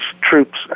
troops